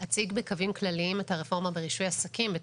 קצת רקע אל רישוי עסקים בישראל.